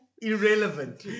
irrelevant